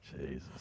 Jesus